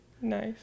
Nice